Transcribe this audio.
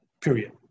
period